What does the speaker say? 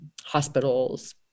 hospitals